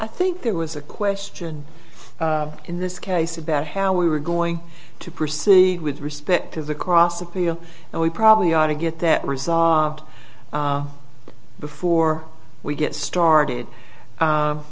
i think there was a question in this case about how we were going to proceed with respect to the cross appeal and we probably ought to get that resolved before we get started